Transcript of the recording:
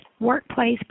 Workplace